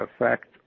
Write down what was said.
effect